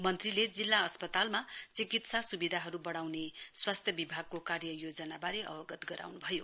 मन्त्रीले जिल्ला अस्पतालमा चिकित्सा स्विधाहरू बढ़ाउने स्वास्त्य बिभागको कार्ययोजनाबारे अवगत गराउन् भयो